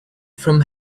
from